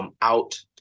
out